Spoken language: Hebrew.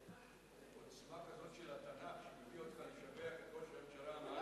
עוצמה כזאת של התנ"ך שמביאה אותך לשבח את ראש הממשלה,